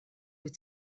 wyt